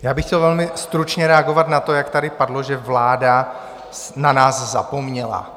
Já bych chtěl velmi stručně reagovat na to, jak tady padlo, že vláda na nás zapomněla.